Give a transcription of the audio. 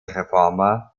reformer